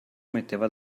metteva